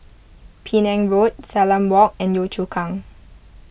Penang Road Salam Walk and Yio Chu Kang